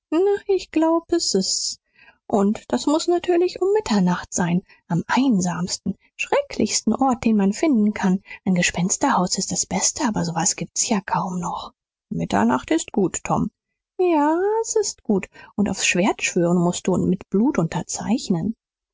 ich glaub s ist's und das muß natürlich um mitternacht sein am einsamsten schrecklichsten ort den man finden kann ein gespensterhaus ist das beste aber so was gibt's ja kaum noch mitternacht ist gut tom ja s ist gut und aufs schwert schwören mußt du und mit blut unterzeichnen